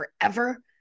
forever